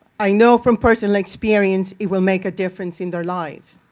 i know from personal experience it will make a difference in their lives.